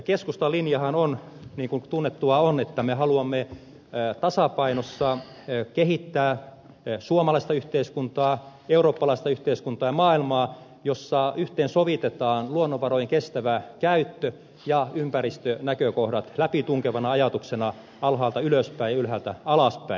keskustan linjahan on niin kuin tunnettua on että me haluamme tasapainossa kehittää suomalaista yhteiskuntaa eurooppalaista yhteiskuntaa ja maailmaa jossa yhteensovitetaan luonnonvarojen kestävä käyttö ja ympäristönäkökohdat läpitunkevana ajatuksena alhaalta ylöspäin ja ylhäältä alaspäin